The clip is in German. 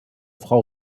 frau